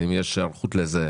האם יש היערכות לזה?